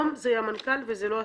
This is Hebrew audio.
והשנייה של חברי,